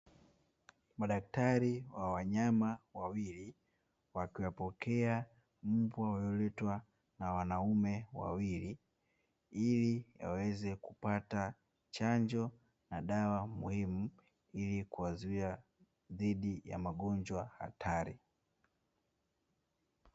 Madaktari wa wanyama wawili wakiwapokea mbwa waliyoletwa na wanaume wawili, ili waweze kupata chanjo na dawa muhimu ili kuwazuia dhidi ya magonjwa hatari.